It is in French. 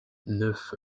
neuf